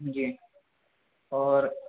جی اور